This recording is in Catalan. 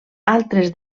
altres